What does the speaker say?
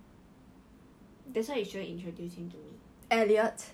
yeah they same year one class